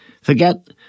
forget